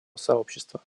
сообщества